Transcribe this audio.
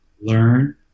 learn